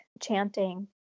chanting